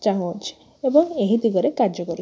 ଚାହୁଁଅଛି ଏବଂ ଏହି ଦିଗରେ କାର୍ଯ୍ୟ କରୁ